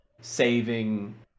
saving